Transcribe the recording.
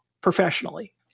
professionally